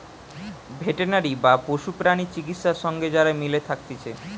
veterinary বা পশু প্রাণী চিকিৎসা সঙ্গে যারা মিলে থাকতিছে